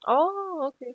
oh okay